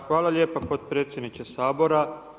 Hvala lijepa potpredsjedniče Sabora.